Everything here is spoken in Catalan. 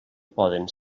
poden